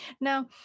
Now